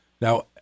Now